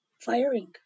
firing